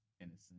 innocent